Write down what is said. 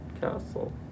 Castle